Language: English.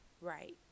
Right